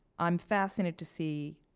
i'm fascinated to see